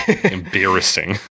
Embarrassing